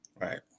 Right